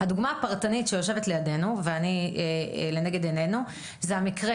הדוגמה הפרטנית שיושבת לנגד עינינו זה המקרה